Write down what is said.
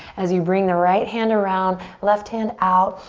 as you bring the right hand around, left hand out,